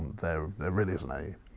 there really isn't any,